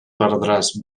perdràs